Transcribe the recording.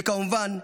וכמובן,